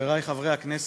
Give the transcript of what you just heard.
חברי חברי הכנסת,